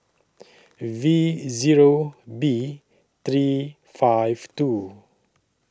V Zero B three five two